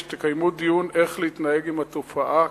שתקיימו דיון איך להתנהג כלפי התופעה,